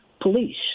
police